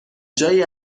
جایی